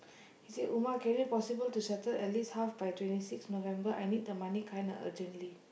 he say Uma can you possible to settle at least half by twenty six November I need the money kinda urgently